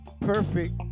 perfect